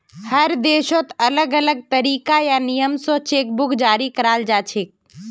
हर देशत अलग अलग तरीका या नियम स चेक बुक जारी कराल जाछेक